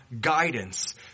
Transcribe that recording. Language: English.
guidance